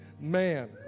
man